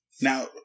now